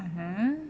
mmhmm